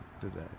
today